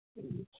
جی